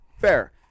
Fair